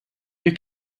you